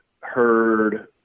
heard